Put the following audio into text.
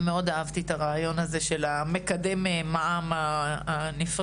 מאוד אהבתי את הרעיון של מקדם המע"מ הנפרד.